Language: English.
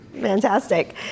Fantastic